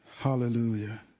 Hallelujah